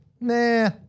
nah